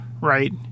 right